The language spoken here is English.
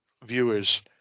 Viewers